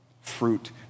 Fruit